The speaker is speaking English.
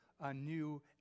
anew